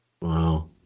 Wow